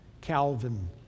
Calvin